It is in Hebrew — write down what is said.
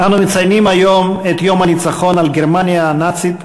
אנו מציינים היום את יום הניצחון על גרמניה הנאצית,